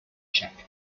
check